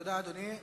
תודה, אדוני.